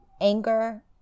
anger